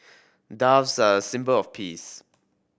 doves are a symbol of peace